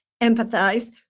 empathize